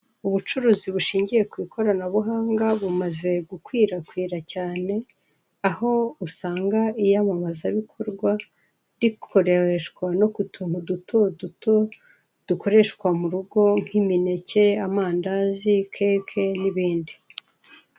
Ubucuruzii bushingiye ku ikoranabuhanga bumaze gukwirakwira cyane aho usanga iyamamaza bikorwa rikoreshwa no kutuntu dutoduto dukoreshwa mu rugo nk'imineke, amandazi, keke n'ibindi.